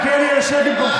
חבר הכנסת מלכיאלי, שב במקומך.